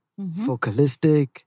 Focalistic